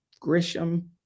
Grisham